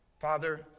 Father